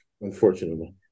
unfortunately